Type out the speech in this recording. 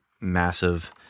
massive